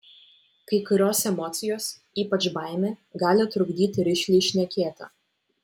kai kurios emocijos ypač baimė gali trukdyti rišliai šnekėti